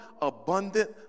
abundant